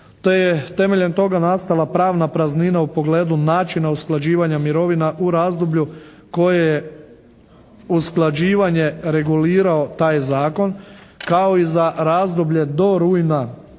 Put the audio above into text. temeljem toga nastala pravna praznina u pogledu načina usklađivanja mirovina u razdoblju koje je usklađivanje regulirao taj zakon kao i za razdoblje od 1. rujna